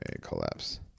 Collapse